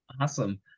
awesome